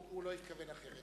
הוא לא התכוון אחרת.